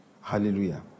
Hallelujah